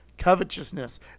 Covetousness